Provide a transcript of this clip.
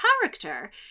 character